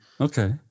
Okay